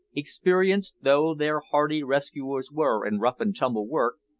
experienced though their hardy rescuers were in rough and tumble work,